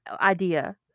idea